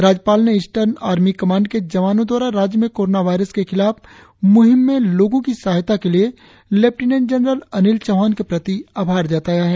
राज्यपाल ने eastern army command के जवानों द्वारा राज्य में कोरोना वायरस के खिलाफ म्हिम में लोगों की सहायता के लिए लेफ्टिनेंट जनरल अनिल चौहान के प्रति आभार जताया है